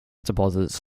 deposits